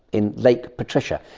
in lake patricia.